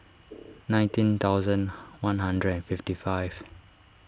nineteen thousand one hundred and fifty five